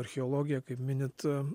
archeologija kaip minit